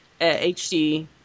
HD